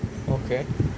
okay